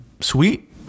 Sweet